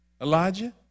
Elijah